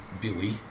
Billy